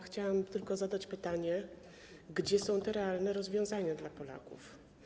Chciałam tylko zadać pytanie: Gdzie są te realne rozwiązania dla Polaków?